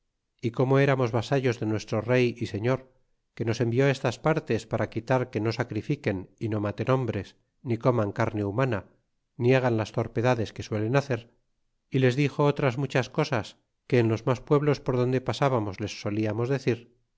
y como eraroos vasallos de nuestro rey y señor que nos envió estas partes para quitar que no sacrifiquen y no maten hombres ni coman carne humana ni hagan las torpedades que suelen hacer y les dixo otras muchas cosas que en los mas pueblos por donde pasábamos les soliamos decir